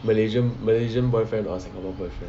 malaysian malaysian boyfriend or singapore boyfriend